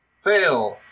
fail